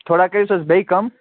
تھوڑا کٔرِو حظ بیٚیہِ کَم